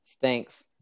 thanks